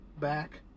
back